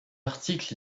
article